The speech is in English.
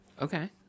okay